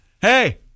hey